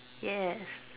yes